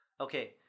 Okay